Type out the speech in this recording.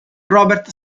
robert